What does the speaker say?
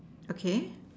okay